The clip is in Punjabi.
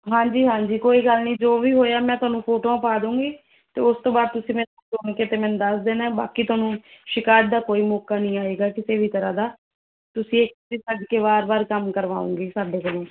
ਹਾਂਜੀ ਹਾਂਜੀ ਕੋਈ ਗੱਲ ਨਹੀਂ ਜੋ ਵੀ ਹੋਇਆ ਮੈਂ ਤੁਹਾਨੂੰ ਫੋਟੋਆਂ ਪਾ ਦਊਂਗੀ ਅਤੇ ਉਸ ਤੋਂ ਬਾਅਦ ਤੁਸੀਂ ਮੈਨੂੰ ਕੌਲ ਕਰਕੇ ਅਤੇ ਦੱਸ ਦੇਣਾ ਬਾਕੀ ਤੁਹਾਨੂੰ ਸ਼ਿਕਾਇਤ ਦਾ ਕੋਈ ਮੌਕਾ ਨਹੀਂ ਆਵੇਗਾ ਕਿਸੇ ਵੀ ਤਰ੍ਹਾਂ ਦਾ ਤੁਸੀਂ ਇੱਕ ਵਾਰ ਸੱਦ ਕੇ ਵਾਰ ਵਾਰ ਕੰਮ ਕਰਵਾਓਂਗੇ ਸਾਡੇ ਕੋਲੋਂ